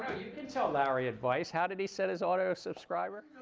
can tell larry advice. how did he set his auto subscriber?